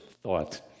thought